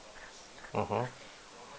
mmhmm